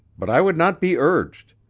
but i would not be urged.